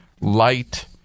light